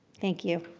thank you.